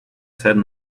said